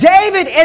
David